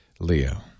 Leo